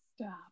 Stop